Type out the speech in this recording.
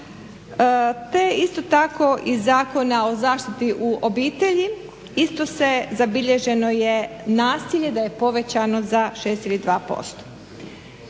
te isto tako iz Zakona o zaštiti u obitelji isto zabilježeno je nasilje da je povećano za 6 ili 2%.